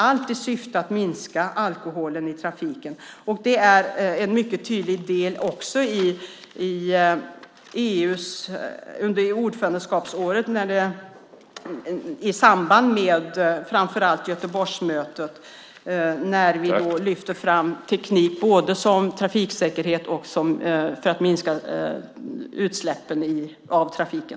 Allt detta syftar till att minska alkoholen i trafiken, och det är också en mycket tydlig del av EU-ordförandeskapsåret i samband med framför allt Göteborgsmötet, när vi lyfter fram teknik både för trafiksäkerhet och för att minska utsläppen från trafiken.